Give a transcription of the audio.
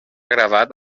gravat